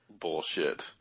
bullshit